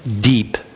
deep